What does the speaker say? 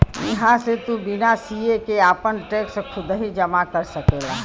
इहां से तू बिना सीए के आपन टैक्स खुदही जमा कर सकला